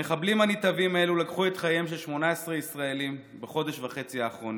המחבלים הנתעבים האלו לקחו את חייהם של 18 ישראלים בחודש וחצי האחרונים.